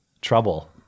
trouble